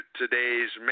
today's